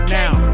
now